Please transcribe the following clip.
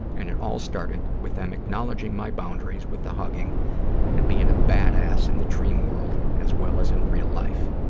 and it all started with them acknowledging my boundaries with the hugging and being a badass in the dream world as well as in real life.